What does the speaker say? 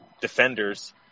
defenders